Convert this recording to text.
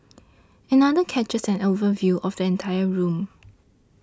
another captures an overview of the entire room